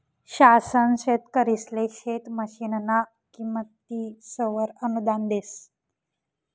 शासन शेतकरिसले शेत मशीनना किमतीसवर अनुदान देस